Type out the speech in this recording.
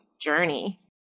journey